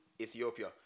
Ethiopia